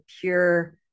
pure